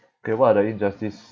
K what are the injustice